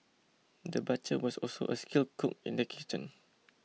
the butcher was also a skilled cook in the kitchen